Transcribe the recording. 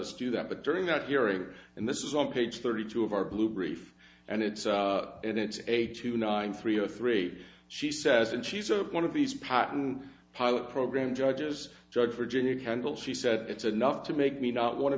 us do that but during that hearing and this is on page thirty two of our blue brief and it's in it's eight two nine three zero three she says and she's a one of these patent pilot program judges judge virginia kendall she said it's enough to make me not want to